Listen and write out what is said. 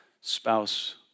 spouse